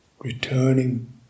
returning